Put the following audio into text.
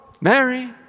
Mary